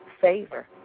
favor